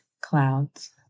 clouds